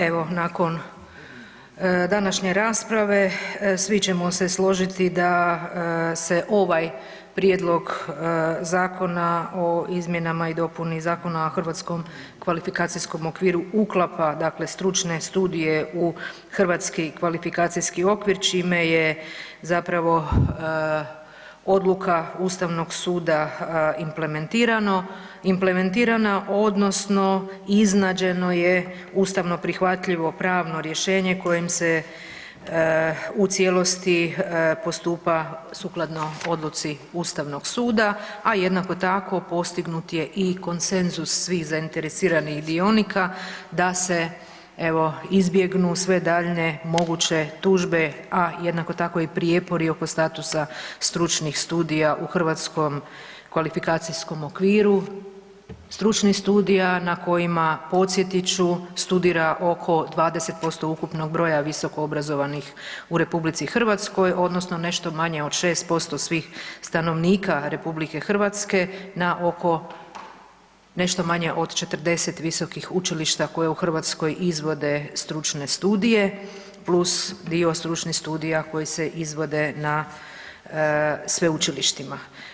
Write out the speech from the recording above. Evo nakon današnje rasprave svi ćemo se složiti da se ovaj prijedlog zakona o izmjenama i dopuni Zakona o HKO-u uklapa dakle stručne studije u HKO čime je zapravo odluka Ustavnog suda implementirana odnosno iznađeno je ustavno prihvatljivo pravno rješenje kojim se u cijelosti postupa sukladno odluci Ustavnog suda, a jednako tako postignut je i konsenzus svih zainteresiranih dionika da se evo izbjegnu sve daljnje moguće tužbe, a jednako tako i prijepori oko statusa stručnih studija u Hrvatskom kvalifikacijskom okviru, stručnih studija na kojima podsjetit ću studira oko 20% ukupnog broja visokoobrazovanih u RH odnosno nešto manje od 6% svih stanovnika RH na oko nešto manje od 40 visokih učilišta koja u Hrvatskoj izvode stručne studije plus dio stručnih studija koji se izvode na sveučilištima.